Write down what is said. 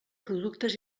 productes